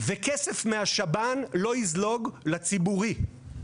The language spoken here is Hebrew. וכסף מהשב"ן לא יזלוג לציבורי.